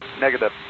Negative